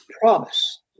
promise